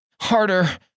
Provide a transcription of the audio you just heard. Harder